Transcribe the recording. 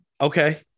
Okay